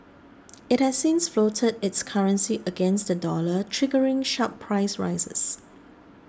it has since floated its currency against the dollar triggering sharp price rises